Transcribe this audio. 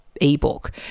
Ebook